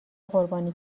قربانی